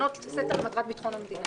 סתר למטרת ביטחון המדינה.